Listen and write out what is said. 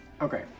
Okay